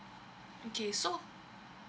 okay so